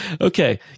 Okay